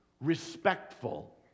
respectful